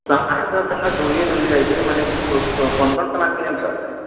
सामानसभ तऽ दूरिए दूरिए रहै छै मने कोन कोन सामान किनय पड़लै